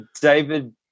david